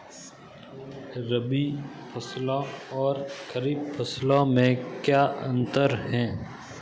रबी फसलों और खरीफ फसलों में क्या अंतर है?